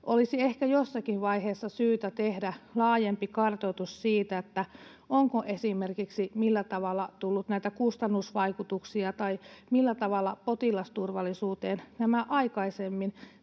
Olisi ehkä jossakin vaiheessa syytä tehdä laajempi kartoitus siitä, onko esimerkiksi millä tavalla tullut kustannusvaikutuksia tai millä tavalla potilasturvallisuuteen nämä aikaisemmin